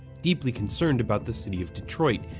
deeply concerned about the city of detroit,